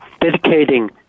dedicating